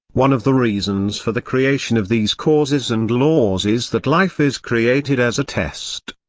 one of the reasons for the creation of these causes and laws is that life is created as a test.